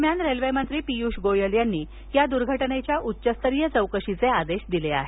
दरम्यान रेल्वे मंत्री पियुष गोयल यांनी या दुर्घटनेच्या उच्चस्तरीय चौकशी करण्याचे आदेश दिले आहेत